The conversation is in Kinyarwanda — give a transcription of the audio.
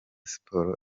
sports